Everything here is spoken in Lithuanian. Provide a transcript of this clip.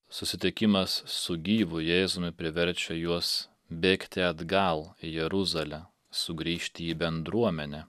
susitikimas su gyvu jėzumi priverčia juos bėgti atgal į jeruzalę sugrįžti į bendruomenę